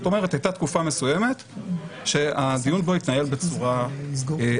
זאת אומרת שהייתה תקופה מסוימת שהדיון בו התנהל בצורה אחרת.